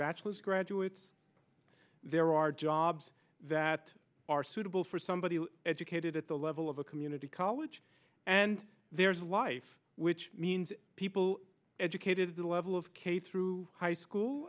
bachelor's graduates there are jobs that are suitable for somebody educated at the level of a community college and there's life which means people educated to the level of k through high school